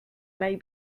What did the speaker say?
may